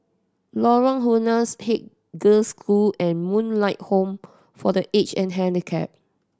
Lorong Halus Haig Girls' School and Moonlight Home for The Aged and Handicapped